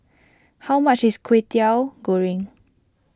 how much is Kwetiau Goreng